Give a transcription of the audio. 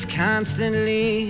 constantly